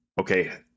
okay